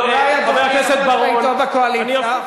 אתו בקואליציה.